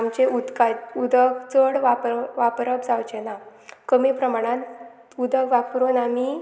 आमचे उदकांत उदक चड वापर वापरप जावचे ना कमी प्रमाणान उदक वापरून आमी